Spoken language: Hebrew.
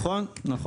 כן.